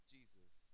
Jesus